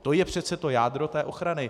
To je přece to jádro té ochrany.